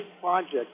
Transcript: project